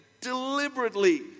deliberately